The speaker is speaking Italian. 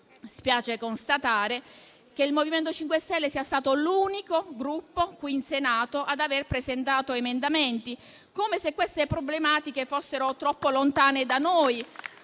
Spiace constatare che il MoVimento 5 Stelle sia stato l'unico Gruppo, qui in Senato, ad aver presentato emendamenti, come se queste problematiche fossero troppo lontane da noi